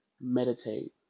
meditate